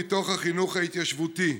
מהחינוך ההתיישבותי: